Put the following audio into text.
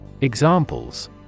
Examples